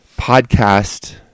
podcast